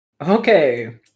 Okay